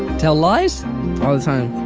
tell lies? all the time.